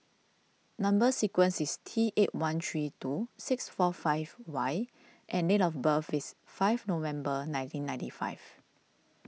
Number Sequence is T eight one three two six four five Y and date of birth is five November nineteen ninety five